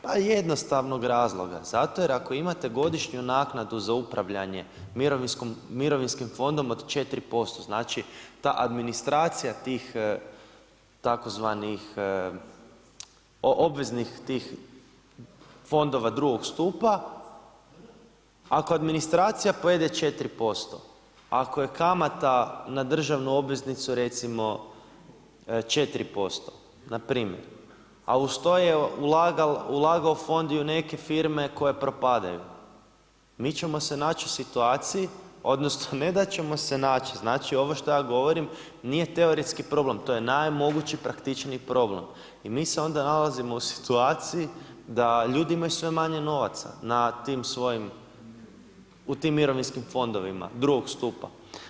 Pa jednostavnog razloga, zato jer ako imate godišnju naknadu za upravljanje mirovinskim fondom od 4%, znači ta administracija tih tzv. obveznih tih fondova drugog stupa, ako administracija pojede 4%, ako je kamata na državnu obveznicu recimo 4% npr., a uz to je ulagao fond i u neke firme koje propadaju, mi ćemo se naći u situaciji, odnosno ne da ćemo se naći, znači ovo što ja govorim, nije teoretski problem, to je naj mogući praktičniji problem i mi se onda nalazimo u situaciji da ljudi imaju sve manje novaca u tim mirovinskim fondovima drugog stupa.